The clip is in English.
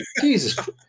jesus